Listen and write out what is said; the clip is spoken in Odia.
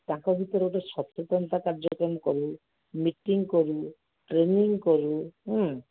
ତାଙ୍କ ଭିତରେ ଗୋଟେ ସଚେତନତା କାର୍ଯ୍ୟକ୍ରମ କରୁ ମିଟିଂ କରୁ ଟ୍ରେନିଙ୍ଗ୍ କରୁ ହୁଁ